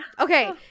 Okay